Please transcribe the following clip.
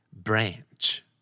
Branch